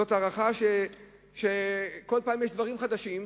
זאת הערכה, כל פעם יש דברים חדשים,